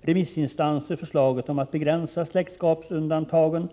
remissinstanser förslaget om att begränsa släktskapsundantagen.